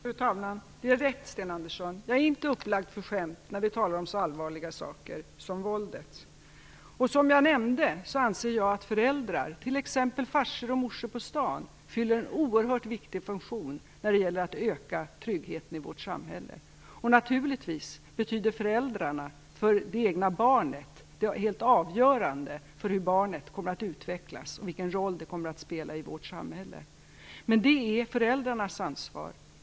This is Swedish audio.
Fru talman! Det är rätt, Sten Andersson. Jag är inte upplagd för skämt när vi talar om så allvarliga saker som våldet. Som jag nämnde anser jag att föräldrar, t.ex. i Farsor & Morsor på Stan, fyller en oerhört viktig funktion för att öka tryggheten i vårt samhälle. Naturligtvis är föräldrarna för det egna barnet det som är helt avgörande för hur barnet kommer att utvecklas och för vilken roll det kommer att spela i vårt samhälle. Men detta är föräldrarnas ansvar.